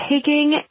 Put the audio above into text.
taking